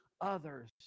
others